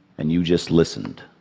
and you just listened.